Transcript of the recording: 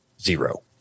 zero